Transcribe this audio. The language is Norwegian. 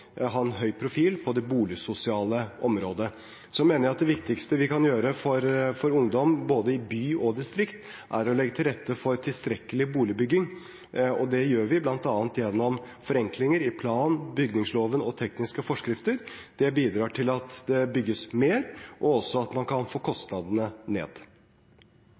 ha en høy profil på det boligsosiale området. Så mener jeg at det viktigste vi kan gjøre for ungdom, både i by og distrikt, er å legge til rette for tilstrekkelig boligbygging, og det gjør vi bl.a. gjennom forenklinger i plan- og bygningsloven og tekniske forskrifter. Det bidrar til at det bygges mer, og også til at man kan få kostnadene ned.